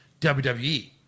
WWE